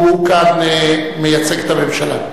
והוא כאן מייצג את הממשלה.